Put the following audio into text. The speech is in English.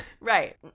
Right